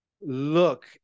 look